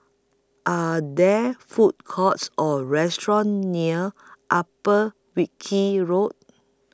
Are There Food Courts Or restaurants near Upper Wilkie Road